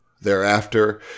thereafter